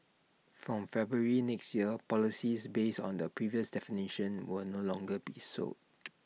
from February next year policies based on the previous definitions will no longer be sold